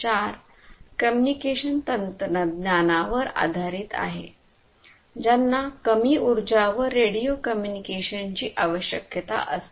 4 communication तंत्रज्ञानावर आधारित आहे ज्यांना कमी ऊर्जा व रेडिओ कम्युनिकेशन ची आवश्यकता असते